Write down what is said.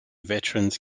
veterans